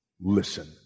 listen